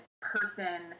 person